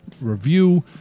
review